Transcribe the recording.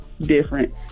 different